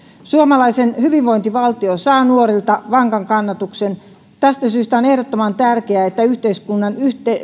suomalainen hyvinvointivaltio saa nuorilta vankan kannatuksen tästä syystä on ehdottoman tärkeää että yhteiskunnan